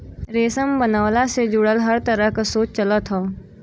रेशम बनवला से जुड़ल हर तरह के शोध चलत हौ